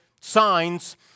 signs